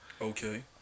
Okay